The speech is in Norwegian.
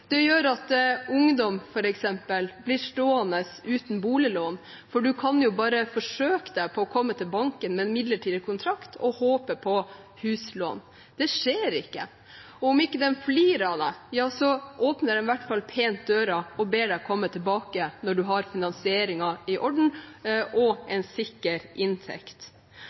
Det gjør at ungdom f.eks. blir stående uten boliglån. Man kan jo bare forsøke seg på å komme til banken med en midlertidig kontrakt og håpe på huslån. Det skjer ikke. Og om de ikke flirer av deg, så åpner de i hvert fall pent døra og ber deg komme tilbake når du har finansieringen i orden og en sikker inntekt.